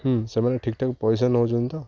ହୁଁ ସେମାନେ ଠିକ୍ ଠାକ୍ ପଇସା ନଉଛନ୍ତି ତ